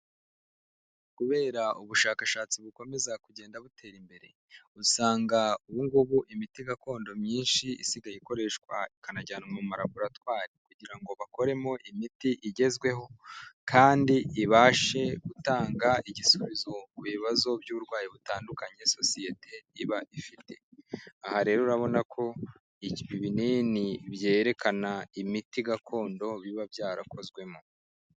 Kubera ubushakashatsi bukomeza kugenda butera imbere, usanga ubu ngubu imiti gakondo myinshi isigaye ikoreshwa, ikanajyanwa mu maraburatwari kugira ngo bakoremo imiti igezweho kandi ibashe gutanga igisubizo ku bibazo by'uburwayi butandukanye sosiyete iba ifite, aha rero urabona ko ibinini byerekana imiti gakondo biba byarakozwemo.